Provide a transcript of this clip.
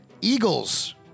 Eagles